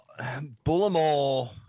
Bullimore